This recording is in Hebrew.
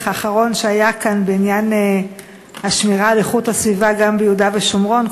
האחרון שהיה כאן בעניין השמירה על איכות הסביבה גם ביהודה ושומרון.